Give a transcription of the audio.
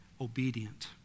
obedient